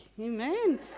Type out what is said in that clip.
Amen